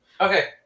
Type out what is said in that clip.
Okay